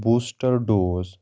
booster dose